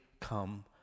come